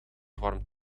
warmt